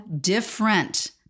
different